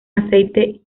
aceite